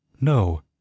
No